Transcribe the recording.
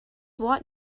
watt